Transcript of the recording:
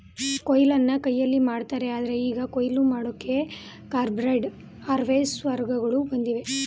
ಕೊಯ್ಲನ್ನ ಕೈಯಲ್ಲಿ ಮಾಡ್ತಾರೆ ಆದ್ರೆ ಈಗ ಕುಯ್ಲು ಮಾಡೋಕೆ ಕಂಬೈನ್ಡ್ ಹಾರ್ವೆಸ್ಟರ್ಗಳು ಬಂದಿವೆ